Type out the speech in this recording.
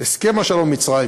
הסכם השלום עם מצרים,